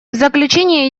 заключение